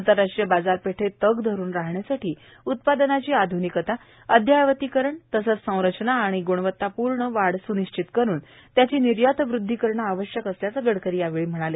आंतरराष्ट्रीय बाजारपेठेत तग धरून राहण्यासाठी उत्पादनाची आध्निकता अद्यावतीकरण तसेच संरचना आणि ग्णवत्तापूर्वक वाढ सुनिश्चित करून त्याची निर्यातवद्दधी करणे आवश्यक असल्याचे गडकरी यांनी यावेळी सांगितले